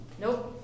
Nope